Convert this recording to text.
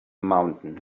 mountain